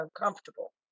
uncomfortable